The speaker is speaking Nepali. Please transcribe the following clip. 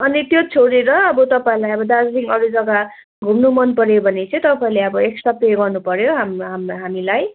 अनि त्यो छोडेर अब तपाईँहरूलाई दार्जिलिङ अरू जग्गा घुम्नु मन पऱ्यो भने चाहिँ तपाईँहरूले अब एक्स्ट्रा पे गर्नुपऱ्यो हाम हाम हामीलाई